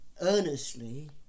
earnestly